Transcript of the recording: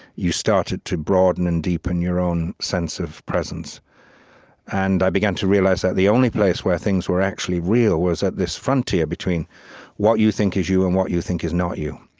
you started to broaden and deepen your own sense of presence and i began to realize that the only places where things were actually real was at this frontier between what you think is you and what you think is not you,